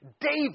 David